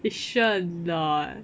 you sure or not